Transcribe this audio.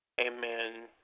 amen